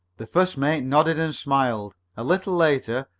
the first mate nodded and smiled. a little later,